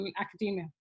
academia